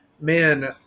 man